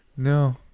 No